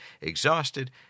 exhausted